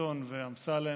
ואמסלם,